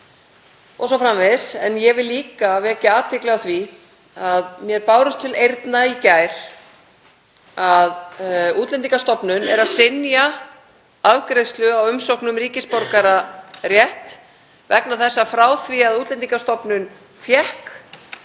o.s.frv.? Ég vil líka vekja athygli á því að mér barst til eyrna í gær að Útlendingastofnun væri að synja afgreiðslu á umsókn um ríkisborgararétt vegna þess að frá því að Útlendingastofnun fékk